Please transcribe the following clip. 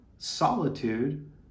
solitude